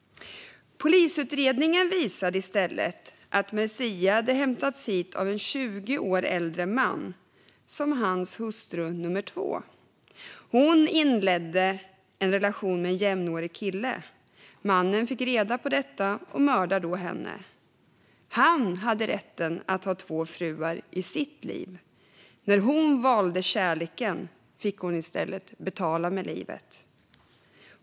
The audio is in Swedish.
Polisutredningen visade i stället att Merziah hade hämtats hit av en 20 år äldre man som hans hustru nummer två. Hon inledde en relation med en jämnårig kille. Mannen fick reda på detta och mördade då henne. Han hade rätten att ha två fruar i sitt liv. När hon valde kärleken fick hon i stället betala med livet.